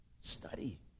Study